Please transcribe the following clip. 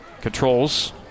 controls